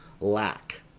lack